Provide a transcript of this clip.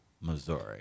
Missouri